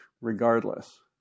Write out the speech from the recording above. regardless